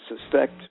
suspect